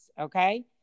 Okay